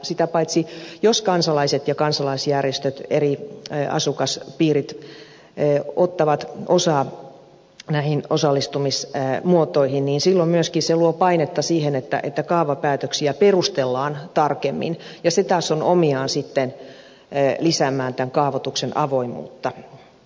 sitä paitsi jos kansalaiset ja kansalaisjärjestöt eri asukaspiirit ottavat osaa näihin osallistumismuotoihin niin silloin myöskin se luo painetta siihen että kaavapäätöksiä perustellaan tarkemmin ja se taas on omiaan sitten lisäämään tämän kaavoituksen avoimuutta